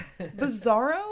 Bizarro